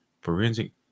forensic